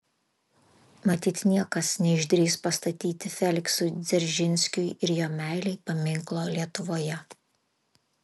matyt niekas neišdrįs pastatyti feliksui dzeržinskiui ir jo meilei paminklo lietuvoje